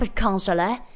counselor